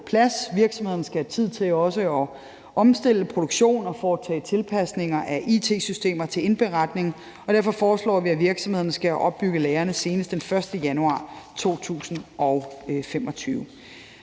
plads. Virksomhederne skal have tid til også at omstille produktionen og foretage tilpasninger af it-systemer til indberetning, og derfor foreslår vi, at virksomhederne skal have opbygget lagrene senest den 1. januar 2025.